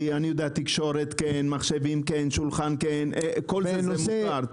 תקשורת, מחשבים, שולחן כל זה מוכר.